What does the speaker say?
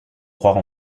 croire